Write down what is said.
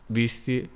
visti